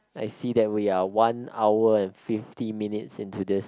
I see that we are one hour and fifty minutes into this